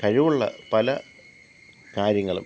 കഴിവുള്ള പല കാര്യങ്ങളും